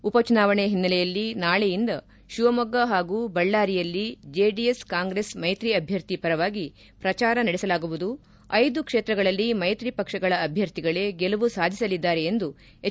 ಉಪ ಚುನಾವಣೆ ಓನ್ನೆಲೆಯಲ್ಲಿ ನಾಳೆಯಿಂದ ಶಿವಮೊಗ್ಗ ಹಾಗೂ ಬಳ್ಳಾರಿಯಲ್ಲಿ ಜೆಡಿಎಸ್ ಕಾಂಗ್ರೆಸ್ ಮೈತ್ರಿ ಅಭ್ಯರ್ಥಿ ಪರವಾಗಿ ಪ್ರಜಾರ ನಡೆಸಲಾಗುವುದು ಐದು ಕ್ಷೇತ್ರಗಳಲ್ಲಿ ಮೈತ್ರಿ ಪಕ್ಷಗಳ ಅಭ್ಯರ್ಥಿಗಳೇ ಗೆಲುವು ಸಾಧಿಸಲಿದ್ದಾರೆ ಎಂದು ಎಚ್